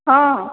ହଁ